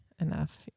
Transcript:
Enough